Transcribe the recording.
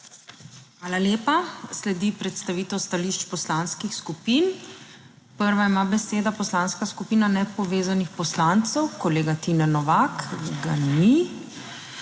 Hvala lepa. Sledi predstavitev stališč poslanskih skupin, prva ima besedo Poslanska skupina Nepovezanih poslancev kolega Tine Novak. Ga ni.